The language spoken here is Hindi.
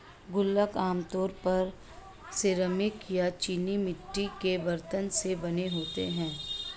गुल्लक आमतौर पर सिरेमिक या चीनी मिट्टी के बरतन से बने होते हैं